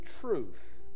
truth